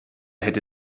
hätte